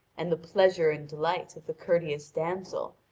and the pleasure and delight of the courteous damsel,